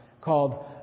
called